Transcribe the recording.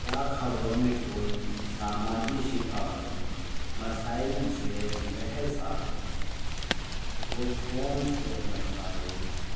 کیا خبروں میں کوئی سماجی ثقافتی مسائل زیر بحث آتے ہیں وہ کون سے مسائل ہیں